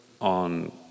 on